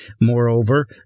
Moreover